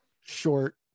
short